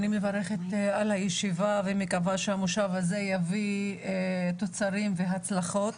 אני מברכת על הישיבה ומקווה שהמושב הזה יביא תוצרים והצלחות.